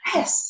Yes